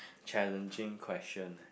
challenging question leh